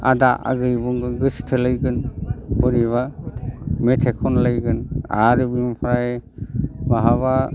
आदा आगै बुंगोन गोसो थोलायगोन बोरैबा मेथाइ खनलायगोन आरो बिनिफ्राय माहाबा